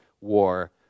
war